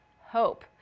hope